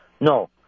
no